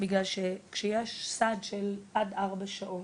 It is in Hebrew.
בגלל שכשיש סד של עד ארבע שעות,